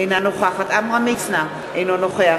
אינה נוכחת עמרם מצנע, אינו נוכח